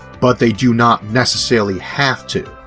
but they do not necessarily have to.